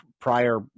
prior